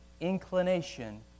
inclination